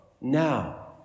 now